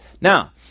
Now